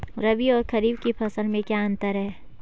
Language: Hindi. रबी और खरीफ की फसल में क्या अंतर है?